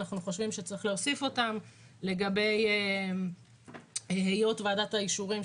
אנחנו חושבים שצריך להוסיף אותן לגבי היות ועדת האישורים,